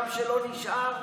גם כשלא נשאלת,